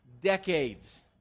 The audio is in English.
decades